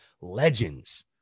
legends